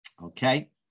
Okay